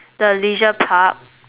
the leisure park